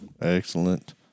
Excellent